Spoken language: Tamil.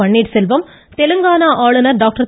பன்னீாசெல்வம் தெலுங்கானா ஆளுநா் டாக்டர்